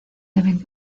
deben